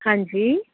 ਹਾਂਜੀ